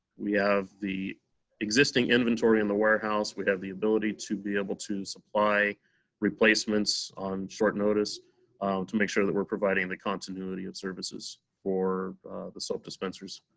we have the existing inventory in the warehouse. we have the ability to be able to supply replacements on short notice to make sure that we're providing the continuity of services for the soap dispensers